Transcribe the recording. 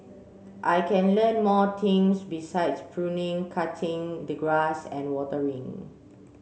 I can learn more things besides pruning cutting the grass and watering